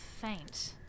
faint